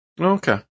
Okay